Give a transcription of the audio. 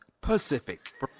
Pacific